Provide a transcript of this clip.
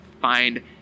find